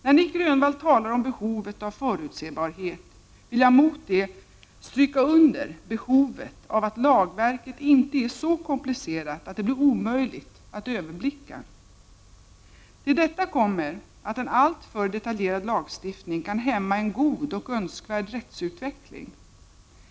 När Nic Grönvall talar om behovet av förutsebarhet vill jag mot det stryka under behovet av att lagverket inte är så komplicerat att det blir omöjligt att överblicka. Till detta kommer att en alltför detaljerad lagstiftning kan hämma en god och önskvärd rättsutveckling.